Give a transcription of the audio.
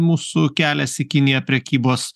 mūsų kelias į kiniją prekybos